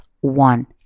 one